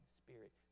spirit